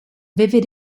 vivid